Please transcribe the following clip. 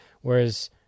whereas